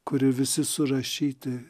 kur ir visi surašyti